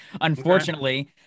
unfortunately